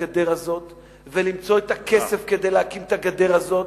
הגדר הזאת ולמצוא את הכסף כדי להקים את הגדר הזאת.